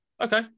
Okay